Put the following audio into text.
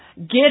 get